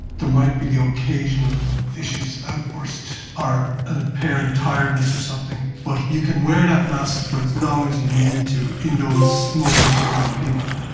there might be the occasional vicious outburst or an apparent tiredness or something, but you can wear that mask for as long as you need to in those moments you are with people.